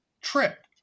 trip